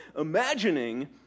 imagining